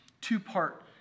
two-part